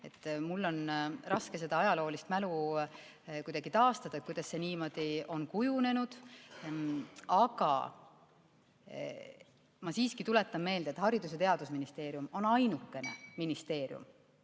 Mul on raske seda ajaloolist mälu kuidagi taastada, kuidas see niimoodi on kujunenud. Aga ma siiski tuletan meelde, et Haridus- ja Teadusministeerium on ainukene ministeerium,